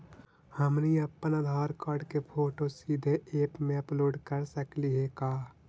हमनी अप्पन आधार कार्ड के फोटो सीधे ऐप में अपलोड कर सकली हे का?